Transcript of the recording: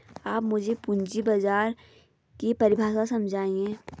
आप मुझे पूंजी बाजार की परिभाषा समझाइए